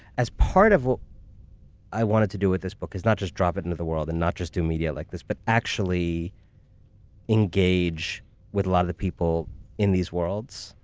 as part of what i wanted to do with this book is not just drop it into the world and not just do media like this, but actually engage with a lot of the people in these worlds,